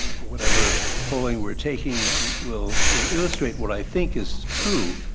whatever polling we are taking will will illustrate what i think is true,